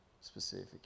specific